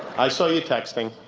i saw you texting.